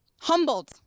Humbled